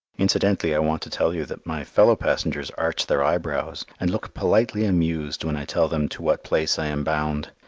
incidentally i want to tell you that my fellow passengers arch their eyebrows and look politely amused when i tell them to what place i am bound.